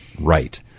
right